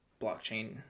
blockchain